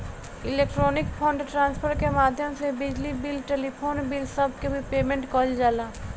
electronic fund transfer के माध्यम से बिजली बिल टेलीफोन बिल सब के भी पेमेंट कईल जाला